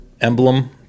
emblem